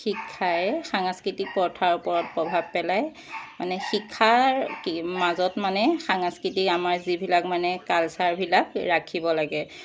শিক্ষাই সাংস্কৃতিক প্ৰথাৰ ওপৰত প্ৰভাৱ পেলায় মানে শিক্ষাৰ মাজত মানে সাংস্কৃতিক আমাৰ যিবিলাক মানে কালচাৰবিলাক ৰাখিব লাগে